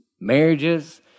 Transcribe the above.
marriages